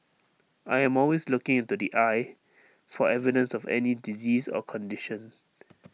I am always looking into the eye for evidence of any disease or condition